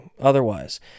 Otherwise